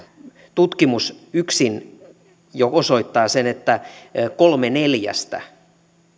tutkimus yksin jo osoittaa sen että kolme neljästä